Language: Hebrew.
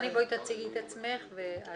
אני